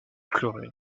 pleuré